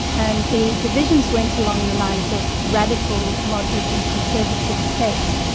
and the divisions went along the lines of radical, moderate and conservative states.